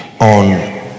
on